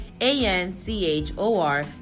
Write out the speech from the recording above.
a-n-c-h-o-r